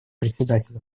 председатель